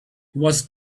was